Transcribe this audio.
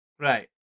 Right